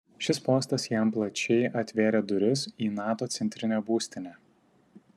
šis postas jam plačiai atvėrė duris į nato centrinę būstinę